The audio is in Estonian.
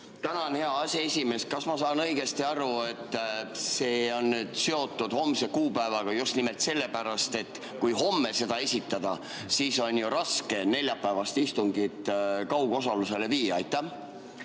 Tänan, hea aseesimees! Kas ma saan õigesti aru, et see on seotud homse kuupäevaga just nimelt sellepärast, et kui homme seda esitada, siis on raske neljapäevast istungit kaugosalusele viia? Tänan,